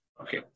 Okay